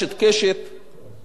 מה שכלול בערוץ-2.